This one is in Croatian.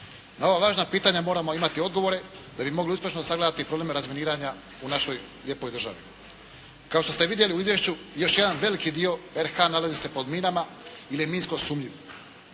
Na ova važna pitanja moramo imati odgovore da bi mogli uspješno sagledati probleme razminiranja u našoj lijepoj državi. Kao što ste vidjeli u izvješću, još jedan veliki dio RH nalazi se pod minama ili je minsko sumnjiv.